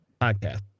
podcast